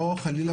חלילה,